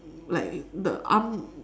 like the arm